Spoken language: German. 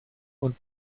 und